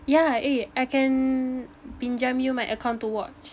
yeah eh I can pinjam you my account to watch